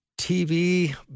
TV